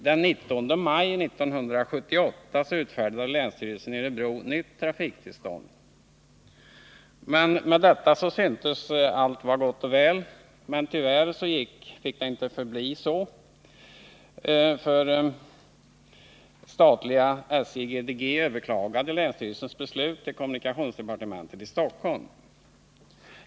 Den 19 maj 1978 utfärdade länsstyrelsen i Örebro nytt trafiktillstånd. Med detta syntes allt vara gott och väl, men tyvärr fick det inte förbli så. Statliga SJ-GDG överklagade länsstyrelsens beslut till kommunikationsdepartementet i Stockholm.